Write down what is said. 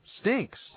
stinks